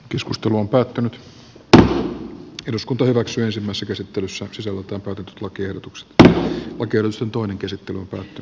keskustelu on päättänyt eduskunta hyväksyisimmassa käsittelyssä sisältö rotat lakiehdotukset b kokeilussa ja vääriä huolia